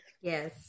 Yes